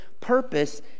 purpose